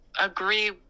agree